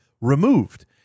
removed